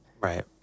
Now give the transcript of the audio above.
Right